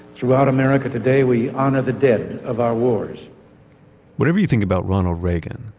throughout america today we honor the dead of our wars whatever you think about ronald reagan,